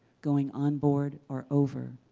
going on board or over,